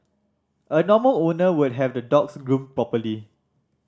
a normal owner would have the dogs groomed properly